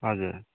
हजुर